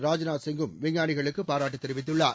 ராஜ்நாத் சிங்கும் விஞ்ஞானிகளுக்கு பாராட்டு தெரிவித்துள்ளார்